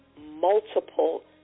multiple